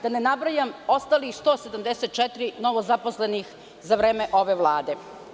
Da ne nabrajam ostalih 174 novozaposlenih za vreme ove vlade.